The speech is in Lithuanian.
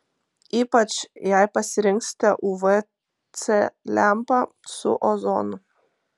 ypač jei pasirinksite uv c lempą su ozonu